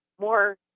more